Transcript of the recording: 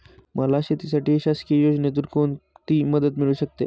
मला शेतीसाठी शासकीय योजनेतून कोणतीमदत मिळू शकते?